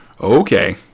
Okay